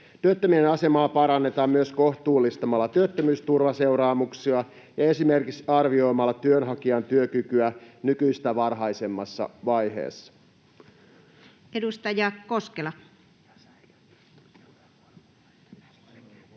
Työttömien asemaa parannetaan myös kohtuullistamalla työttömyysturvaseuraamuksia ja esimerkiksi arvioimalla työnhakijan työkykyä nykyistä varhaisemmassa vaiheessa. Sitten otetaan